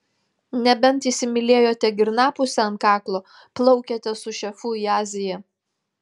nebent įsimylėjote girnapusę ant kaklo plaukiate su šefu į aziją